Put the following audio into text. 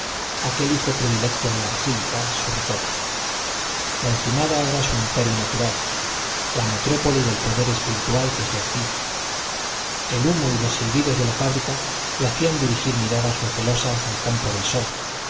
aquel hijo predilecto de la basílica sobre todos la encimada era su imperio natural la metrópoli del poder espiritual que ejercía el humo y los silbidos de la fábrica le hacían dirigir miradas recelosas al campo del sol